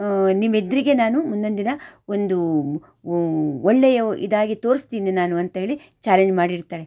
ನಿಮ್ಮ ಎದುರಿಗೆ ನಾನು ಮುಂದೊಂದ್ ದಿನ ಒಂದು ಒಳ್ಳೆಯ ಇದಾಗಿ ತೋರಿಸ್ತೀನಿ ನಾನು ಅಂತ ಹೇಳಿ ಚಾಲೆಂಜ್ ಮಾಡಿರ್ತಾಳೆ